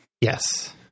Yes